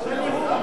משילות,